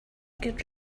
good